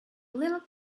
little